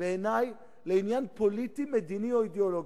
בעיני לעניין פוליטי, מדיני או אידיאולוגי.